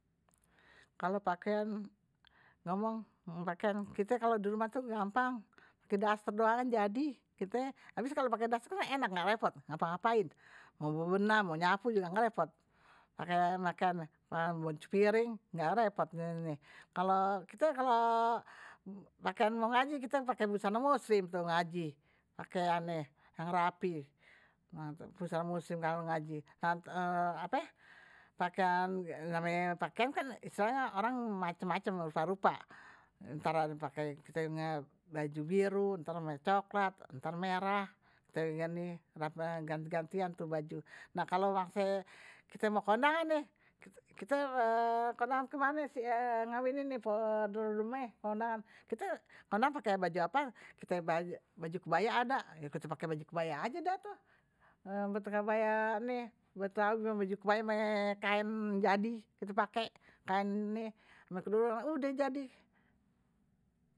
Kalau pakaian, ngomong, pakaian kalau di rumah itu gampang, pake duster doangnya jadi. Tapi kalau pake duster enak, enggak repot, ngapain-ngapain. Mau bebenam, mau nyapu juga enggak repot. Pake pakaian mao cuci piring, enggak repot. Kalau pakaian mau ngaji, kite pake busana muslim, ngaji. Pakaiannya yang rapi, busana muslim kalau ngaji. pakaiannya yang, pakaian kan istilahnya orang macam-macam berupa-rupa. Entar pake baju biru, entar cokelat, entar merah. Kite ganti-gantian itu baju. Nah, kalau masih kite mau kondangan, kite kondangan kemana sih ngawinin nih pok rodemeh. Kondangan, kite kondangan pakai baju apaan, baju kebaya ada. Kite pakai baju kebaya aja dah tuh. Betul kebaya. betawi, ini baju kebaya, ame kain jadi kite pakai. Kain ini ame kerudungan udah jadi.